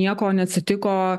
nieko neatsitiko